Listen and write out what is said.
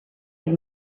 had